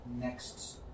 next